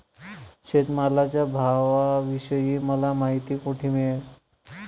शेतमालाच्या भावाविषयी मला माहिती कोठे मिळेल?